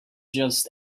just